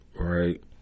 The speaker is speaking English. Right